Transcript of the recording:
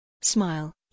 Smile